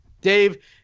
Dave